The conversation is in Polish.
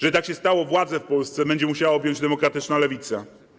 Żeby tak się stało, władzę w Polsce będzie musiała objąć demokratyczna lewica.